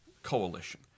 Coalition